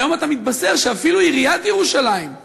והיום אתה מתבשר שאפילו בעיריית ירושלים,